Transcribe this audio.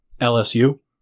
LSU